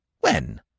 When